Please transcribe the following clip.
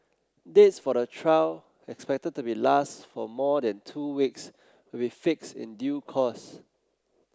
dates for the trial expected to be last for more than two weeks will be fixed in due course